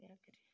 क्या करें